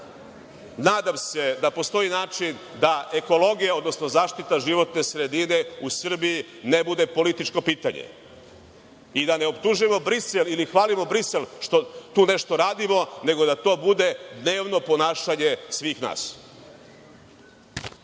Nadam se da postoji način da ekologija, odnosno zaštita životne sredine u Srbiji ne bude političko pitanje i da ne optužujemo Brisel ili hvalimo Brisel što tu nešto radimo, nego da to bude dnevno ponašanje svih